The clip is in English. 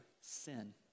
sin